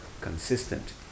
consistent